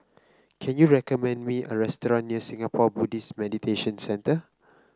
can you recommend me a restaurant near Singapore Buddhist Meditation Center